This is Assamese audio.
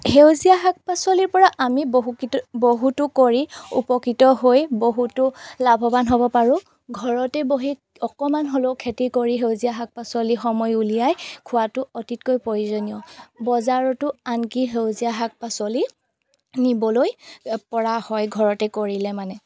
সেউজীয়া শাক পাচলিৰপৰা আমি বহুতো কৰি উপকৃত হৈ বহুতো লাভৱান হ'ব পাৰোঁ ঘৰতে বহি অকণমান হ'লেও খেতি কৰি সেউজীয়া শাক পাচলি সময় উলিয়াই খোৱাটো অতিকৈ প্ৰয়োজনীয় বজাৰতো আনকি সেউজীয়া শাক পাচলি নিবলৈ পৰা হয় ঘৰতে কৰিলে মানে